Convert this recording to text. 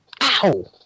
ow